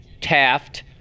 Taft